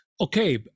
Okay